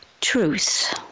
Truth